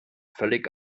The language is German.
völlig